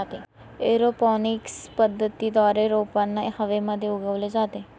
aeroponics पद्धतीद्वारे रोपांना हवेमध्ये उगवले जाते